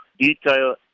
detail